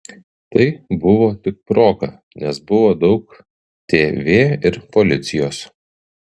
tai buvo tik proga nes buvo daug tv ir policijos